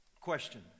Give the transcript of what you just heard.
question